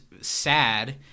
sad